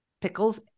Pickles